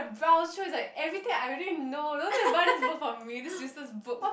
browse through is like everything I already know don't need buy this book for me this useless book